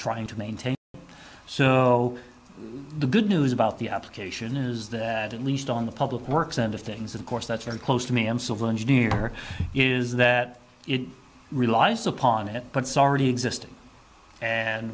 trying to maintain so the good news about the application is that at least on the public works end of things of course that's very close to me i'm civil engineer is that it relies upon it but sorry existing and